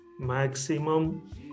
maximum